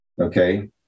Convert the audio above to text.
Okay